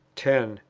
ten.